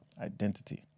identity